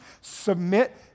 submit